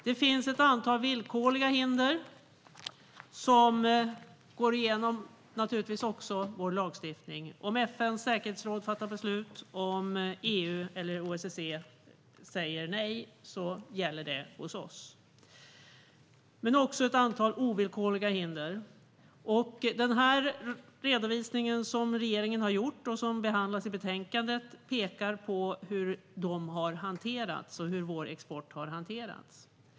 Det finns ett antal villkorliga hinder som går igenom vår lagstiftning. Om FN:s säkerhetsråd fattar beslut och om EU eller OSSE säger nej gäller det hos oss. Det finns också ett antal ovillkorliga hinder. Strategisk export-kontroll 2015 - krigsmateriel och produkter med dubbla användningsområden Den redovisning som regeringen har gjort och som behandlas i betänkandet pekar på hur hindren och vår export har hanterats.